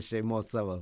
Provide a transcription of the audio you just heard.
šeimos savo